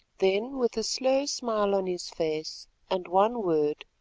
then, with a slow smile on his face and one word,